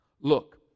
Look